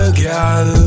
girl